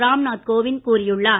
ராம் நாத் கோவிந்த் கூறியுள்ளார்